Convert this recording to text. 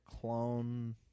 clone